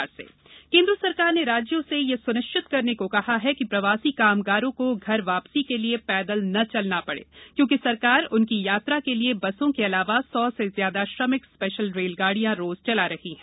केन्द्र प्रवासी कामगार केन्द्र सरकार ने राज्यों से यह स्निश्चित करने को कहा है कि प्रवासी कामगारों को घर वापसी के लिए पैदल न चलना पड़े क्योंकि सरकार उनकी यात्रा के लिये बसों के अलावा सौ से ज्यादा श्रमिक स्पेशल रेलगाड़ियां रोज चला रही है